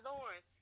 Lord